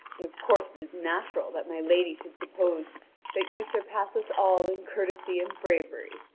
and of course it is natural that my lady should suppose that you surpass us all in courtesy and bravery.